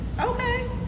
Okay